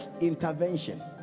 intervention